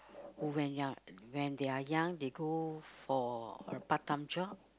when you're when they're young they go for a part time job